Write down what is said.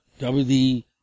WD